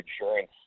insurance